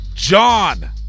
John